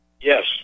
Yes